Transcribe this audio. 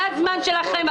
זה הזמן שלכם.